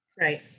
right